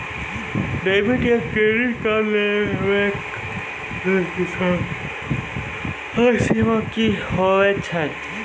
Debit या credit card लेवाक लेल किसानक आय सीमा की हेवाक चाही?